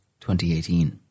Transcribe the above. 2018